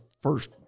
first